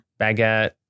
Baguette